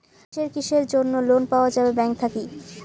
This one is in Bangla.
কিসের কিসের জন্যে লোন পাওয়া যাবে ব্যাংক থাকি?